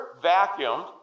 vacuumed